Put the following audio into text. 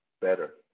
better